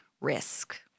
risk